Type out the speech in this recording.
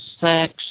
sex